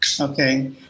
Okay